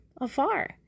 afar